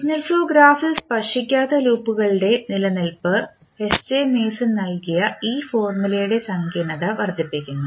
signal flow ഗ്രാഫിൽ സ്പർശിക്കാത്ത ലൂപ്പുകളുടെ നിലനിൽപ്പ് എസ് ജെ മേസൺ നൽകിയ ഈ ഫോർമുലയുടെ സങ്കീർണ്ണത വർദ്ധിപ്പിക്കുന്നു